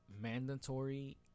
mandatory